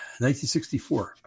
1964